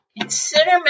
consider